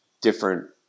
different